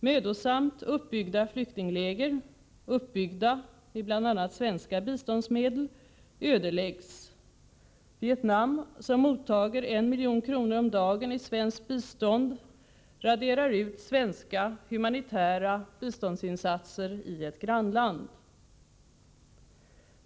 Mödosamt uppbyggda flyktingläger—- uppbyggda med bl.a. svenska biståndsmedel — ödeläggs. Vietnam, som mottar 1 miljon kr. om dagen i svenskt bistånd, raderar ut svenska humanitära biståndsinsatser i ett grannland.